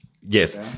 Yes